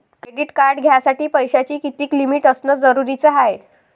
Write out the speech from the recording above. Credit card घ्यासाठी पैशाची कितीक लिमिट असनं जरुरीच हाय?